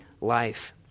life